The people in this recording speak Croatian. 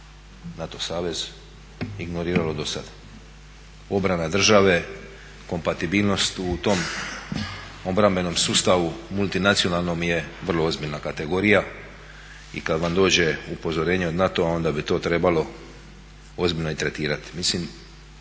NATO savez ignoriralo do sada. Obrana države, kompatibilnost u tom obrambenom sustavu multinacionalnom je vrlo ozbiljna kategorija i kada vam dođe upozorenje od NATO-a onda bi to trebalo ozbiljno i tretirati.